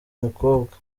mukobwa